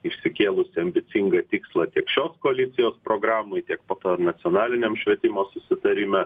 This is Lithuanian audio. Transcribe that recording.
išsikėlusi ambicingą tikslą tiek šios koalicijos programoj tiek po to nacionaliniam švietimo susitarime